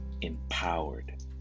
empowered